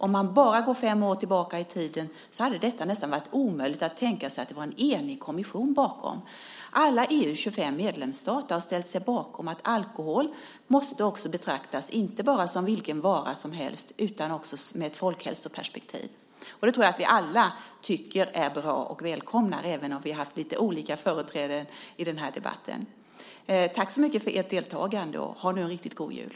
Om man bara går fem år tillbaka i tiden hade detta nästan varit omöjligt att tänka sig, att det var en enig kommission bakom detta. Alla EU:s 25 medlemsstater har ställt sig bakom att alkohol måste betraktas inte bara som vilken vara som helst utan också med ett folkhälsoperspektiv. Jag tror att vi alla tycker att det är bra och välkomnar det, även om vi har haft olika företrädare i den här debatten. Tack så mycket för ert deltagande! Ha nu en riktigt god jul!